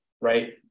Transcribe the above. right